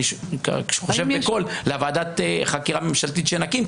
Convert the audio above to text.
חושב בקול לוועדת החקירה הממשלתית שנקים,